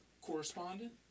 Correspondent